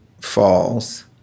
falls